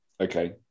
Okay